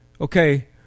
okay